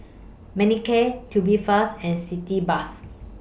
Manicare Tubifast and Sitz Bath